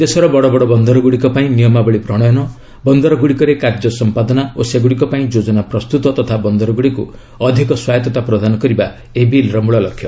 ଦେଶର ବଡ଼ବଡ଼ ବନ୍ଦର ଗୁଡ଼ିକ ପାଇଁ ନିୟମାବଳୀ ପ୍ରଣୟନ ବନ୍ଦରଗୁଡ଼ିକରେ କାର୍ଯ୍ୟ ସମ୍ପାଦନା ଓ ସେଗୁଡ଼ିକ ପାଇଁ ଯୋଜନା ପ୍ରସ୍ତୁତ ତଥା ବନ୍ଦରଗୁଡ଼ିକୁ ଅଧିକ ସ୍ପାୟତତା ପ୍ରଦାନ କରିବା ଏହି ବିଲ୍ର ମୂଳ ଲକ୍ଷ୍ୟ